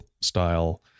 style